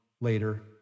later